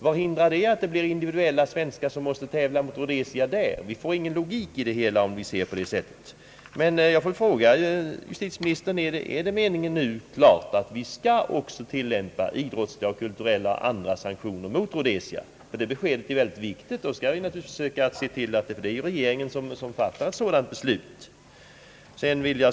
Vad finns det för hinder för att svenska deltagare där måste tävla mot Rhodesia? Det finns ingen logik i det hela. Jag vill fråga justitieministern: Är det meningen att vi nu också skall tillämpa idrottsliga, kulturella och andra sanktioner mot Rhodesia? Ett besked på den punkten är viktigt. Det är ju regeringen som skall fatta ett sådant beslut.